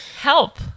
help